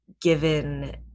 given